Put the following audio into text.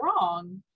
wrong